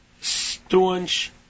staunch